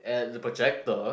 at the projector